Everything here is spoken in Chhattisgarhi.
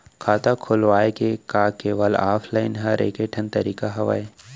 खाता खोलवाय के का केवल ऑफलाइन हर ऐकेठन तरीका हवय?